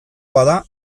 bada